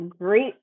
great